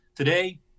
today